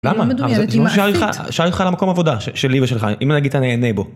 למה? שאלתי אותך על המקום עבודה שלי ושלך אם אני נגיד נהנה בו.